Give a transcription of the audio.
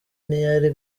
ntiyari